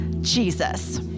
Jesus